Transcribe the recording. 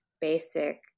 basic